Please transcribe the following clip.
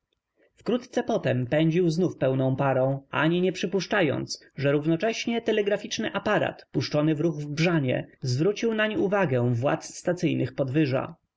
krótce potem pędził znów pełną parą ani nie przypuszczając że rów nocześnie teleg ra ficzny ap arat puszczony w ruch w brzanie zw rócił nań uw agę w ładz stacyjnych podw